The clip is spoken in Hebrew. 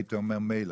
הייתי אומר מילא.